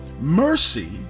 mercy